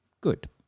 Good